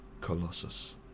Colossus